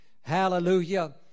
Hallelujah